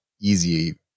easy